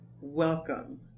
welcome